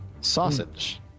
Sausage